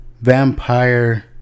vampire